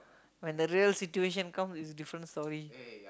when the real situation come is different story